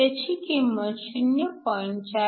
त्याची किंमत 0